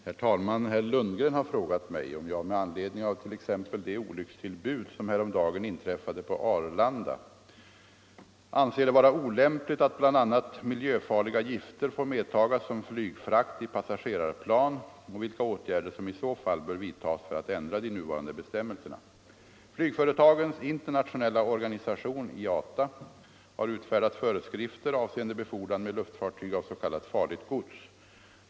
Herr talman! Herr Lundgren har frågat mig om jag - med anledning av t.ex. det olyckstillbud som häromdagen inträffade på Arlanda — anser det vara olämpligt att bl.a. miljöfarliga gifter får medtagas som flygfrakt i passagerarplan och vilka åtgärder som i så fall bör vidtagas för att ändra de nuvarande bestämmelserna. Flygföretagens internationella organisation — IATA -— har utfärdat föreskrifter avseende befordran med luftfartyg av s.k. farligt gods.